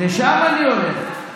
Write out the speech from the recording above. לשם אני הולך.